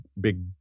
big